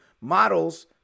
Models